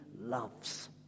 loves